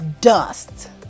dust